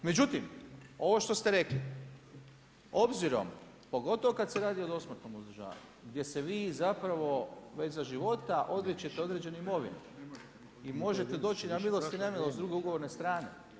Međutim, ovo što ste rekli, obzirom, pogotovo kad se radi o osmrtnom održavanju, gdje se vi, zapravo, već za života, odrečete određene imovine i možete doći na milost i nemilost druge ugovorne strane.